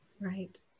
Right